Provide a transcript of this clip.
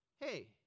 hey